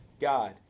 God